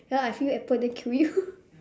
ya I feed you apple then kill you